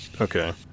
Okay